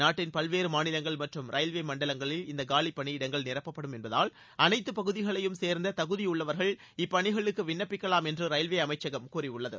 நாட்டின் பல்வேறு மாநிலங்கள் மற்றும் ரயில்வே மண்டவங்களில் இந்த காலிப்பணியிடங்கள் நிரப்பப்படும் என்பதால் அனைத்து பகுதிகளையும் சேர்ந்த தகுதியுள்ளவர்கள் இப்பணிகளுக்கு விண்ணப்பிக்கலாம் என்று ரயில்வே அமைச்சகம் கூறியுள்ளது